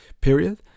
period